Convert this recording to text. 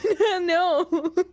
No